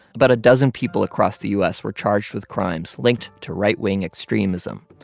about a dozen people across the u s. were charged with crimes linked to right-wing extremism.